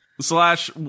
Slash